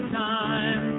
time